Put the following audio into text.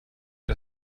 der